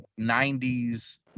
90s